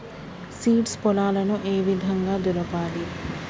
Seeds పొలాలను ఏ విధంగా దులపాలి?